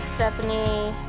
Stephanie